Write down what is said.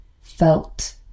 felt